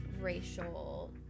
racial